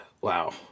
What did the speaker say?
Wow